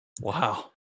Wow